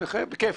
בכיף.